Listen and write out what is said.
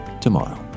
tomorrow